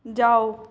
जाओ